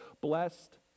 blessed